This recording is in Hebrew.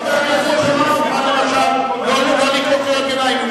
חבר הכנסת שאמה מוכן לא לקרוא קריאות ביניים, אם